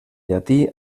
llatí